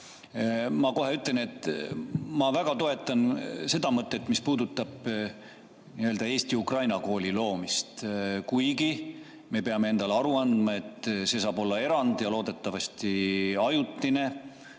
Ma kohe ütlen, et ma väga toetan seda mõtet, mis puudutab eesti-ukraina kooli loomist, kuigi me peame endale aru andma, et see saab olla erand ja loodetavasti ajutine,